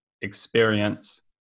experience